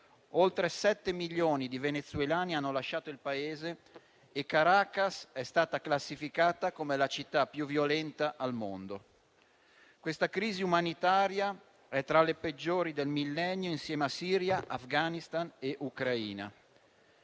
oltre 7 milioni di venezuelani hanno lasciato il Paese e Caracas è stata classificata come la città più violenta al mondo. Questa crisi umanitaria è tra le peggiori del millennio, insieme a Siria, Afghanistan e Ucraina.